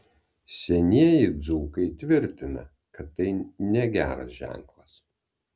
senieji dzūkai tvirtina kad tai negeras ženklas